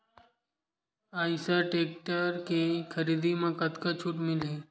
Eicher tractor के खरीदी म कतका छूट मिलही?